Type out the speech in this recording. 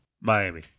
Miami